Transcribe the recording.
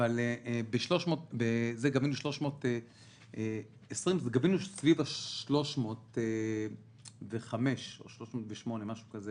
גבינו סביב ה-305 או 308 מיליארד.